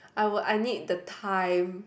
I would I need the time